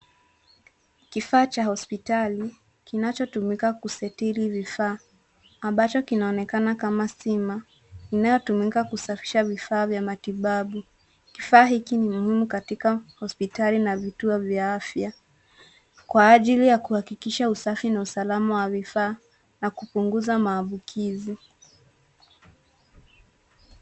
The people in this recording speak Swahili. Kifaa cha hospitali kinachotumika kusitiri vifaa; ambacho kinaonekaa kama stima inayotumika kusafisha vifaa vya matibabu. Kifaa hiki ni muhimu katika hospitali na vituo vya afya, kwa ajili ya kuhakikisha usafi na usalama wa vifaa na kupunguza maambukizi.